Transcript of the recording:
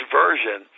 version